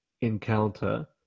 encounter